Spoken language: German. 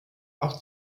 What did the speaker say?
auch